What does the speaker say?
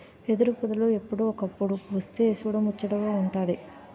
ఎదురుపొదలు ఎప్పుడో ఒకప్పుడు పుస్తె సూడముచ్చటగా వుంటాది